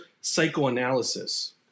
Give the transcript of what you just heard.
psychoanalysis